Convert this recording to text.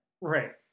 right